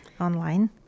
online